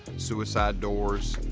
suicide doors.